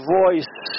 voice